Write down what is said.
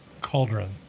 cauldron